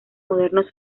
modernos